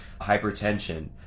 hypertension